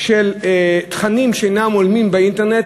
של תכנים שאינם הולמים באינטרנט,